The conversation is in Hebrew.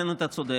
אכן אתה צודק,